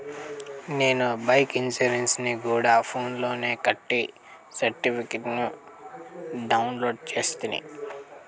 నేను బైకు ఇన్సూరెన్సుని గూడా ఫోన్స్ లోనే కట్టి సర్టిఫికేట్ ని డౌన్లోడు చేస్తిని